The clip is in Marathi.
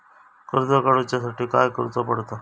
कर्ज काडूच्या साठी काय करुचा पडता?